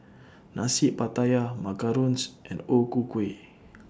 Nasi Pattaya Macarons and O Ku Kueh